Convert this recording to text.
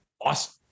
awesome